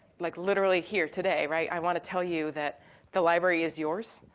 like literally here today, right? i wanna tell you that the library is yours.